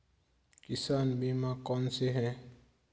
किसान बीमा कौनसे हैं?